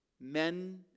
men